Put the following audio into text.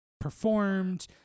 performed